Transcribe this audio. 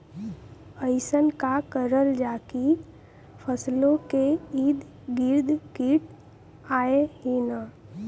अइसन का करल जाकि फसलों के ईद गिर्द कीट आएं ही न?